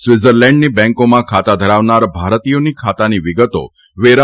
સ્વીટ્ઝરલેન્ડની બેંકોમાં ખાતા ધરાવનાર ભારતીયોની ખાતાની વિગતો વેરા